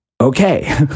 okay